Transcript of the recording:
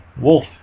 wolf